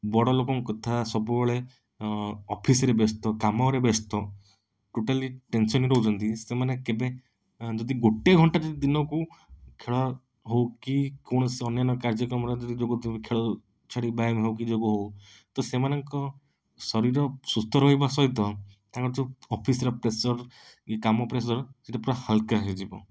ବଡ଼ ଲୋକଙ୍କ କଥା ସବୁବେଳେ ଅଫିସରେ ବ୍ୟସ୍ତ କାମରେ ବ୍ୟସ୍ତ ଟୋଟାଲି ଟେନସନ୍ ରେ ରହୁଛନ୍ତି ସେମାନେ କେବେ ଯଦି ଗୋଟେ ଘଣ୍ଟା ଦିନକୁ ଖେଳ ହଉ କି କୌଣସି ଅନନ୍ୟ କାର୍ଯ୍ୟକ୍ରମ ରେ ଯଦି ଯୋଗ ଦେବେ ଖେଳ ଛାଡ଼ିକି ବ୍ୟାୟାମ ହଉ କି ଯୋଗ ହଉ ତ ସେମାନଙ୍କ ଶରୀର ସୁସ୍ଥ ରହିବା ସହିତ ତାଙ୍କର ଯେଉଁ ଅଫିସ୍ ର ପ୍ରେସର କାମ ପ୍ରେସର ସେଇଟା ପୁରା ହାଲକା ହେଇଯିବ